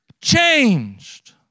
changed